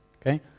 Okay